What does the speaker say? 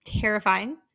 terrifying